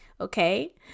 okay